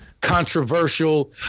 controversial